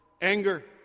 Anger